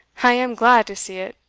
i am glad to see it,